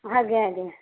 ଆଜ୍ଞା ଆଜ୍ଞା